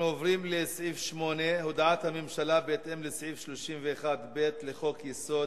אנחנו עוברים לסעיף 8: הודעת הממשלה בהתאם לסעיף 31(ב) לחוק-יסוד: